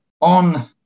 On